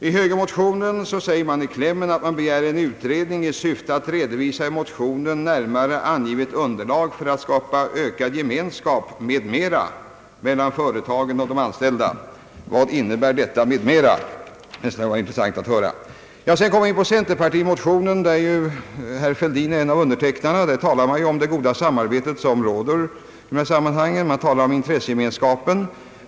I högermotionens kläm begärs en utredning i syfte att »redovisa i motionen närmare angivet underlag för att skapa ökad gemenskap m.m. mellan företag och anställda». Vad innebär detta »m.m.»? Det skulle vara intressant att få veta. Sedan kommer jag till centerpartimotionen, där herr Fälldin är en av undertecknarna. I denna motion talas om det goda samarbete som råder i detta sammanhang samt om intressegemenskapen.